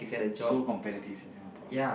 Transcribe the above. so competitive in Singapore